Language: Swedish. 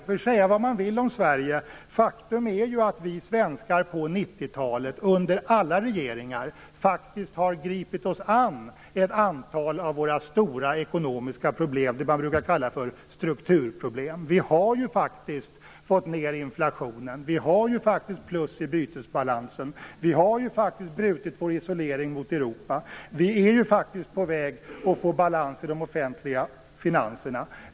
Man kan säga vad man vill om Sverige, men faktum är att vi svenskar under 90-talet - under alla regeringar - faktiskt har tagit oss an ett antal av våra stora ekonomiska problem, de s.k. strukturproblemen. Vi har faktiskt fått ned inflationen. Vi har plus i bytesbalansen. Vi har brutit vår isolering gentemot Europa. Vi är på väg att få balans i de offentliga finanserna.